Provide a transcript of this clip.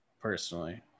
personally